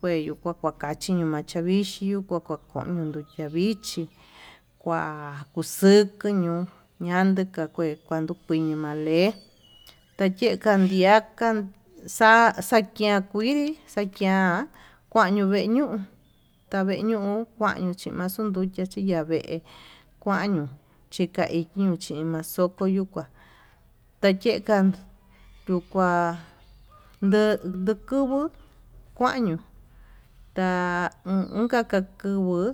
kueñu kua kakachi ñachaví xhi yuu kua kua kachiño xavichí, yuu kua kua xaño xavixhi kua xaxexi ño'o ñando kue kuakimaku male'é tayekandiaka xa'a kuen kankuidii xakian kuañu vee ñuu taveñuu kuañu chixavee nduchia xii ña'a vee kuañuu chikaiño chi maxoku yuu kuá takekan yuu kua nduu ndukuvu kuañu ta'a unka kakuvuu.